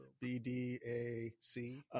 B-D-A-C